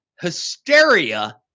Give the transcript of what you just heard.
hysteria